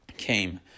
came